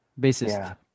bassist